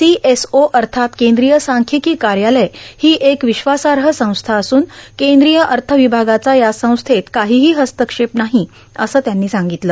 C S O अथात कद्रीय सांख्यिकां कायालय हो एक र्विश्वासाह संस्था असून कद्रीय अथ र्वभागाचा या संस्थेत काहोहो हस्तक्षेप नाहो असं त्यांनी सांगगतलं